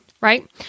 right